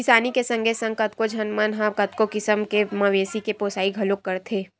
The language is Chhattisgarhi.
किसानी के संगे संग कतको झन मन ह कतको किसम के मवेशी के पोसई घलोक करथे